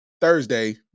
Thursday